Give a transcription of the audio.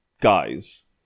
guys